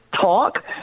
talk